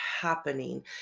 happening